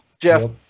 Jeff